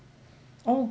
oh